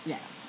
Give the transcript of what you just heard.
Yes